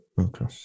Okay